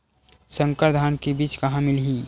संकर धान के बीज कहां मिलही?